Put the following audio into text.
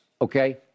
okay